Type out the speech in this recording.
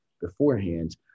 beforehand